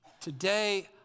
Today